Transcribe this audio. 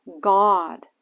God